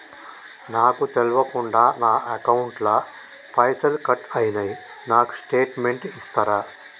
నాకు తెల్వకుండా నా అకౌంట్ ల పైసల్ కట్ అయినై నాకు స్టేటుమెంట్ ఇస్తరా?